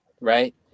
right